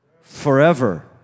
Forever